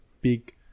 big